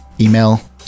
email